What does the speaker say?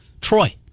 Troy